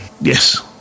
Yes